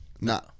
No